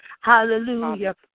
Hallelujah